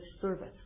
service